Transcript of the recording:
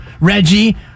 Reggie